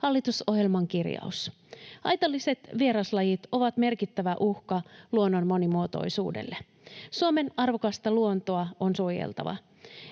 hallitusohjelman kirjaus. Haitalliset vieraslajit ovat merkittävä uhka luonnon monimuotoisuudelle. Suomen arvokasta luontoa on suojeltava.